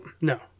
No